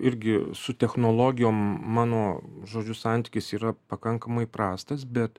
irgi su technologijom mano žodžiu santykis yra pakankamai prastas bet